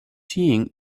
seeing